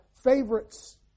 favorites